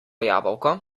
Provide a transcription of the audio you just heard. jabolko